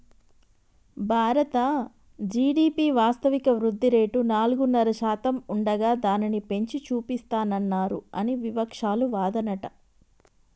భారత జి.డి.పి వాస్తవిక వృద్ధిరేటు నాలుగున్నర శాతం ఉండగా దానిని పెంచి చూపిస్తానన్నారు అని వివక్షాలు వాదనట